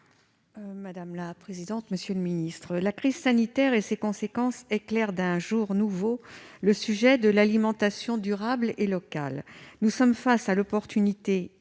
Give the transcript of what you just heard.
Madame la présidente, monsieur le ministre, la crise sanitaire et ses conséquences éclairent d'un jour nouveau le sujet de l'alimentation durable et locale. Nous sommes face à l'opportunité historique